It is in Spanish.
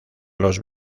los